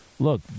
Look